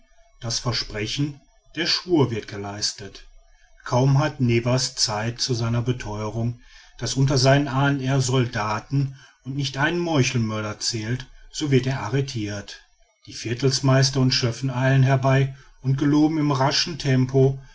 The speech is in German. das versprechen der schwur wird geleistet kaum hat nevers zeit zu seiner betheuerung daß unter seinen ahnen er soldaten und nicht einen meuchelmörder zählt so wird er arretirt die viertelsmeister und schöffen eilen herbei und geloben in raschem tempo